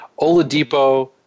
Oladipo